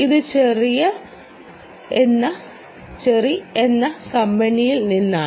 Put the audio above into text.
ഇത് ചെറി എന്ന കമ്പനിയിൽ നിന്നാണ്